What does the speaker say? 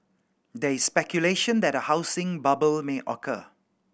there is speculation that a housing bubble may occur